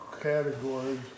categories